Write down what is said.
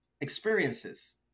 experiences